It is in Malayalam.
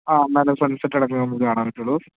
ആ എന്നാലെ സൺ സെറ്റടക്കം നമുക്ക് കാണാൻ പറ്റുകയുള്ളു